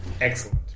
Excellent